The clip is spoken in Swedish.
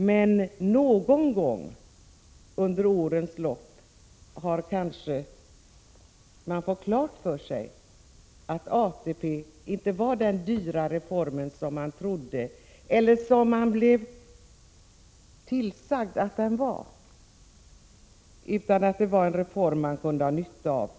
Men någon gång under årens lopp har man kanske fått klart för sig att ATP inte var den dyra reform som man trodde eller som man blev tillsagd att den var, utan en reform man kunde ha nytta av.